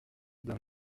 d’un